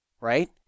Right